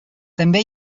també